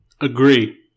Agree